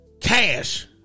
Cash